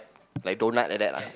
like donut like that lah